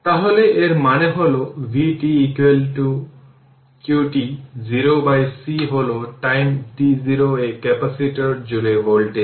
তাহলে এর মানে হল vt0 qt 0 বাই c হল timet0 এ ক্যাপাসিটর জুড়ে ভোল্টেজ